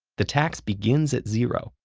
the tax begins at zero,